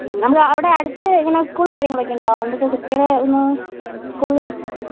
നമുക്ക് അവിടെ അടുത്ത് എങ്ങനെയാണ് സ്കൂളും കാര്യങ്ങളൊക്കെ ഉണ്ടോ നമുക്ക് കുട്ടികളെ ഒന്ന് സ്കൂളിൽ വിടാൻ